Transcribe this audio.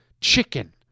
chicken